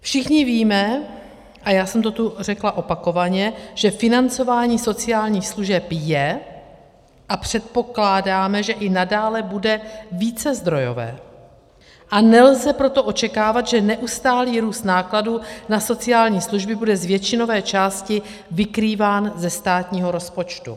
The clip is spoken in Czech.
Všichni víme, a já jsem to tu řekla opakovaně, že financování sociálních služeb je, a předpokládáme, že i nadále bude, vícezdrojové, a nelze proto očekávat, že neustálý růst nákladů na sociální služby bude z většinové části vykrýván ze státního rozpočtu.